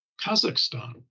Kazakhstan